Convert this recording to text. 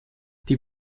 die